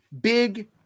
Big